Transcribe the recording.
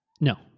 No